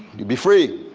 you be free.